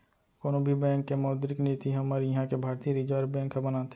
कोनो भी बेंक के मौद्रिक नीति हमर इहाँ के भारतीय रिर्जव बेंक ह बनाथे